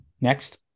Next